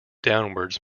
downwards